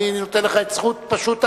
אני נותן לך פשוט את זכות ההבהרה,